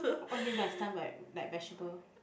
what you mean by stun like like vegetable